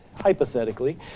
hypothetically